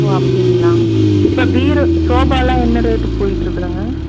ஓ அப்படிங்களா இப்போது பீரோ சோபாலாம் என்ன ரேட்டுக்கு போய்ட்டுருக்குதுங்க